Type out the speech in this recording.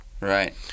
Right